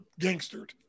gangstered